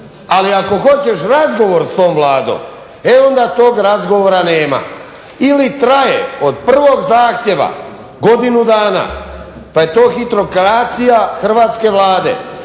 Ali ako hoćeš razgovor s tom Vladom, e onda tog razgovora nema. Ili traje od prvog zahtjeva godinu dana, pa je to …/Govornik se ne